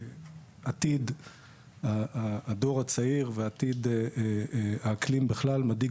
עתיד הדור הצעיר ועתיד האקלים בכלל מדאיג